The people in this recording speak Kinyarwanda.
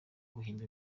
guhimba